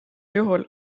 juhul